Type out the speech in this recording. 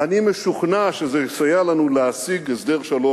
אני משוכנע שזה יסייע לנו להשיג הסדר שלום,